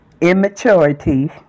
immaturity